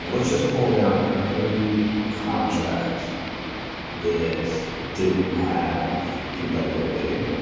let's just pull down every contract that didn't have competitive bidding.